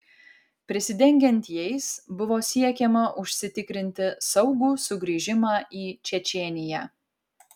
prisidengiant jais buvo siekiama užsitikrinti saugų sugrįžimą į čečėniją